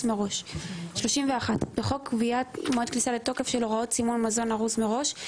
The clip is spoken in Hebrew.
מראש 31. בחוק קביעת מועד כניסה לתוקף של הוראות סימון מזון ארוז מראש,